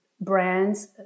brands